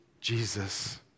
Jesus